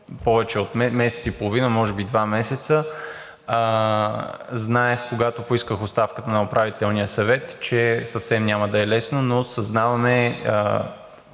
повече от месец и половина, може би и два месеца. Знаех, когато поисках оставката на Управителния съвет, че съвсем няма да е лесно, но съзнаваме